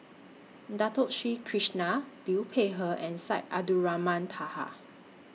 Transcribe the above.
Dato Sri Krishna Liu Peihe and Syed Abdulrahman Taha